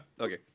Okay